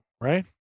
right